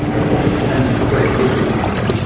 but but it it was.